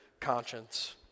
conscience